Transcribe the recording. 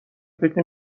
فکر